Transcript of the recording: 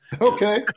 okay